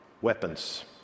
weapons